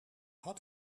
had